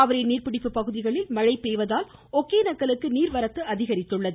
காவிரிநீர் பிடிப்பு பகுதிகளில் மழை பெய்வதால் ஒகேனக்கல்லுக்கு நீர்வரத்து அதிகரித்துள்ளது